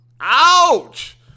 ouch